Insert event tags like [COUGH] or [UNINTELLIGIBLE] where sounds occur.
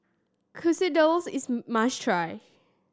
quesadillas is [UNINTELLIGIBLE] must try